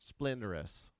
splendorous